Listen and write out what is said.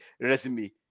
resume